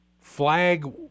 flag